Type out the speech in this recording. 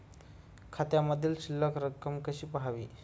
खात्यामधील शिल्लक रक्कम कशी पहावी?